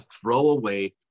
throwaway